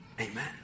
Amen